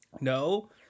No